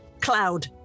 cloud